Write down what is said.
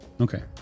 Okay